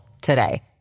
today